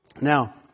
Now